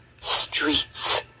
streets